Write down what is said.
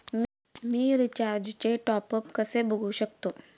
मी रिचार्जचे टॉपअप कसे बघू शकतो?